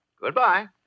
Goodbye